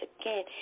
again